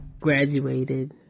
graduated